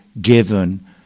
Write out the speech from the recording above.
given